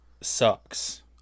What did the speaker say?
sucks